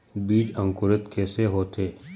बीज अंकुरित कैसे होथे?